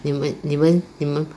你们你们你们